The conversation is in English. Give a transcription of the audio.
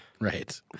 Right